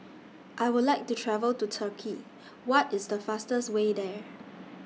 I Would like to travel to Turkey What IS The fastest Way There